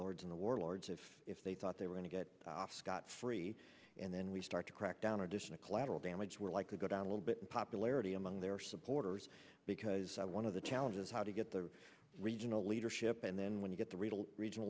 lords in the warlords if they thought they were gonna get off scot free and then we start to crack down additional collateral damage we're likely go down a little bit in popularity among their supporters because one of the challenge is how to get the regional leadership and then when you get the real regional